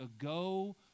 ago